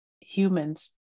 humans